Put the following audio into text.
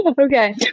Okay